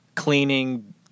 cleaning